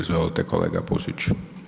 Izvolite kolega Pusić.